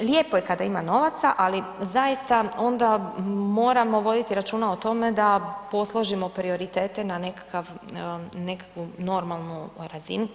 I lijepo je kada ima novaca, ali zaista onda moramo voditi računa o tome da posložimo prioritete na nekakav, nekakvu normalnu razinu.